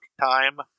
time